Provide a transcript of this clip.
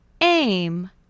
Aim